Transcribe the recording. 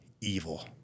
evil